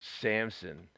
Samson